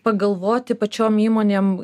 pagalvoti pačiom įmonėm